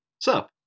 sup